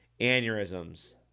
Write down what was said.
Aneurysms